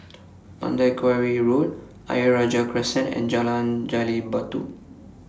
Mandai Quarry Road Ayer Rajah Crescent and Jalan Gali Batu